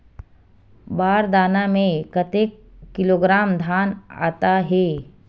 बार दाना में कतेक किलोग्राम धान आता हे?